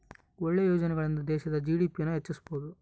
ಒಳ್ಳೆ ಯೋಜನೆಗಳಿಂದ ದೇಶದ ಜಿ.ಡಿ.ಪಿ ನ ಹೆಚ್ಚಿಸ್ಬೋದು